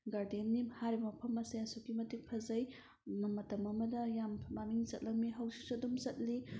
ꯒꯥꯔꯗꯦꯟꯅꯤ ꯍꯥꯏꯔꯤꯕ ꯃꯐꯝ ꯑꯁꯤ ꯑꯁꯨꯛꯀꯤ ꯃꯇꯤꯛ ꯐꯖꯩ ꯃꯇꯝ ꯑꯃꯗ ꯌꯥꯝꯅ ꯃꯃꯤꯡ ꯆꯠꯂꯝꯃꯤ ꯍꯧꯖꯤꯛꯁꯨ ꯑꯗꯨꯝ ꯆꯠꯂꯤ